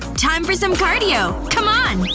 time for some cardio, c'mon.